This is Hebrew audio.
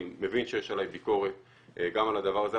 אני מבין שיש עליי ביקורת גם על הדבר הזה,